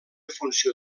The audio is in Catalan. funció